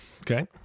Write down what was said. Okay